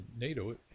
nato